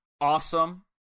awesome